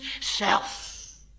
self